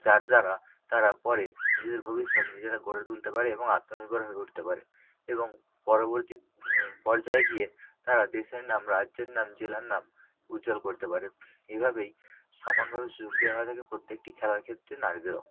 যার দ্বারা তারা পরে নিজেদের ভবিষ্যৎ নিজেরা গড়ে তুলতে পারে এবং আত্মনির্ভর হয়ে উঠতে পারে এবং পরবর্তী পর্যায়ে গিয়ে তারা দেশের নাম রাজ্যের নাম জেলার নাম উজ্জ্বল করতে পারে এভাবেই সমানভাবে সুযোগ দেওয়া হয়ে থাকে প্রত্যেকটি খেলার ক্ষেত্রে নারীদেরও